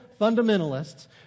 fundamentalists